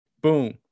Boom